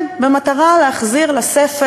כן, במטרה להחזיר לספר.